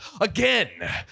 again